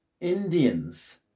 indians